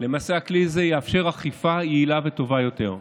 למעשה הכלי הזה יאפשר אכיפה יעילה וטובה יותר.